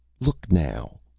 look now!